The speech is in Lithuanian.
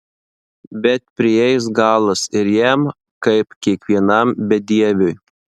bet prieis galas ir jam kaip kiekvienam bedieviui